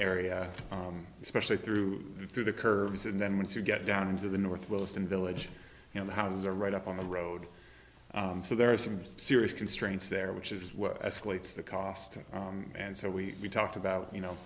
area especially through the through the curves and then once you get down into the northwest and village you know the houses are right up on the road so there are some serious constraints there which is what escalates the cost and so we talked about you know